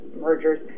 mergers